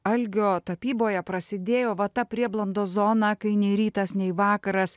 algio tapyboje prasidėjo va ta prieblandos zona kai nei rytas nei vakaras